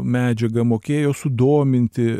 medžiagą mokėjo sudominti